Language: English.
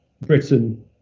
Britain